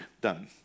done